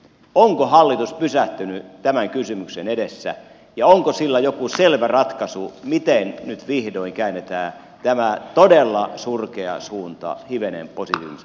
onko hallitus pysähtynyt tämän kysymyksen edessä ja onko sillä joku selvä ratkaisu miten nyt vihdoin käännetään tämä todella surkea suunta hivenen positiiviselle uralle